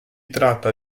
tratta